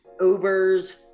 Ubers